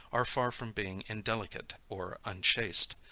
are far from being indelicate or unchaste.